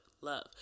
Love